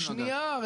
שניה.